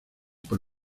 por